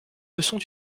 leçons